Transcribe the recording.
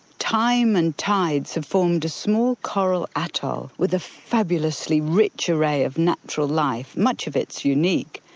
time and tides have formed a small coral atoll with a fabulously rich array of natural life, much of it's unique.